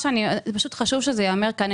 פשוט חשוב שזה ייאמר כאן.